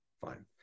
Fine